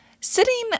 sitting